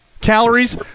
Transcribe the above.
Calories